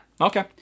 Okay